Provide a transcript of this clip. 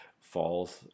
falls